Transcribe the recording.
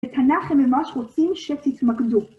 התנאים הם ממש רוצים שתתמקדו.